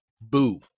Boo